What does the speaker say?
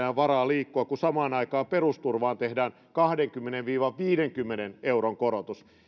ole varaa liikkua kun samaan aikaan perusturvaan tehdään kahdenkymmenen viiva viidenkymmenen euron korotus